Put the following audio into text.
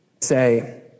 say